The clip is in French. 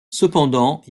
cependant